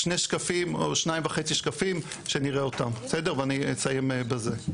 שני שקפים או שניים וחצי שקפים שנראה אותם ואני אסיים בזה.